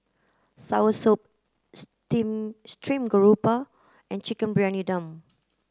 Soursop steam stream grouper and chicken Briyani Dum